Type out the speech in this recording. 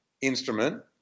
instrument